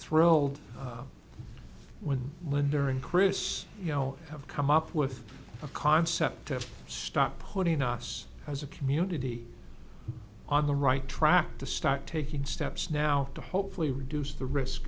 thrilled when linder and chris you know have come up with a concept to start putting us as a community on the right track to start taking steps now to hopefully reduce the risk